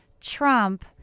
Trump